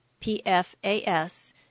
pfas